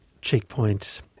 Checkpoint